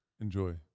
Enjoy